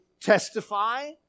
testify